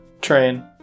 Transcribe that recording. Train